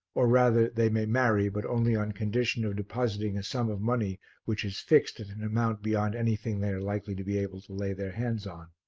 or rather they may marry but only on condition of depositing a sum of money which is fixed at an amount beyond anything they are likely to be able to lay their hands on.